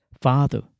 Father